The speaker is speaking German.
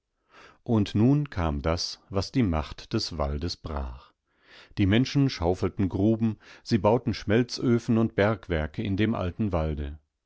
und nun kam das was die macht des waldes brach die menschen schaufelten gruben sie bauten schmelzöfen und bergwerke in dem alten walde